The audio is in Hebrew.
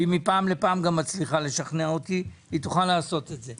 ומפעם לפעם היא גם מצליחה לשכנע אותי היא תוכל לעשות את זה.